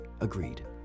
agreed